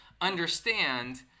understand